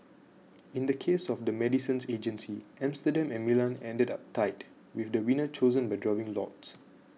in the case of the medicines agency Amsterdam and Milan ended up tied with the winner chosen by drawing lots